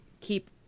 keep